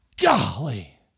golly